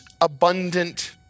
abundant